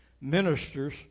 ministers